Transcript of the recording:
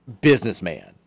businessman